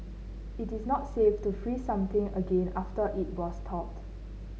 it is not safe to freeze something again after it was thawed